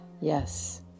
Yes